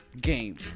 game